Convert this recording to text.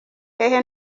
hehe